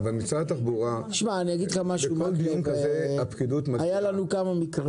היו לנו כמה מקרים